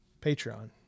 Patreon